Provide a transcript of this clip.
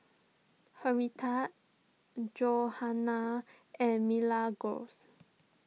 Henrietta Johana and Milagros